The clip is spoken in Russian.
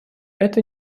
это